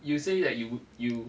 you say that you you